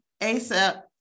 ASAP